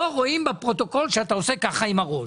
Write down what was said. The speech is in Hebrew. בפרוטוקול לא רואים שאתה מהנהן בראש.